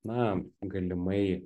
na galimai